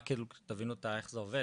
רק כדי שתבינו איך זה עובד,